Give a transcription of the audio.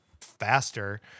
faster